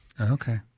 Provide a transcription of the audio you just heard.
Okay